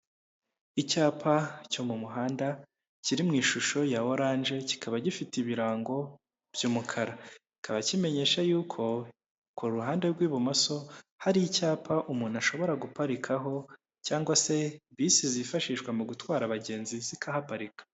Icyapa cyo mu muhanda kiri mu ishusho ya oranje kikaba gifite ibirango by'umukara, kikaba kimenyesha yuko ku ruhande rw'ibumoso hari icyapa umuntu ashobora guparikaho, cyangwa se bisi zifashishwa mu gutwara abagenzi zikahaparika.